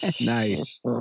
Nice